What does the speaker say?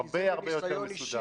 הרבה הרבה יותר מסודר.